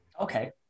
Okay